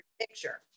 picture